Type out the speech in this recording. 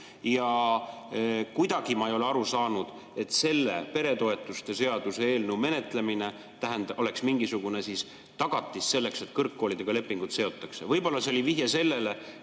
Ja kuidagi ma ei ole aru saanud, et selle peretoetuste seaduse eelnõu menetlemine oleks mingisugune tagatis, et kõrgkoolidega lepingud [sõlmitakse]. Võib-olla see oli vihje sellele,